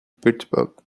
pittsburgh